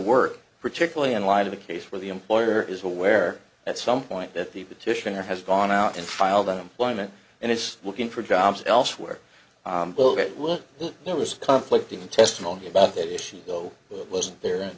work particularly in light of a case where the employer is aware at some point that the petitioner has gone out and filed on employment and it's looking for jobs elsewhere that will notice conflict even testimony about that issue though that wasn't there